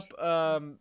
up